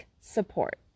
support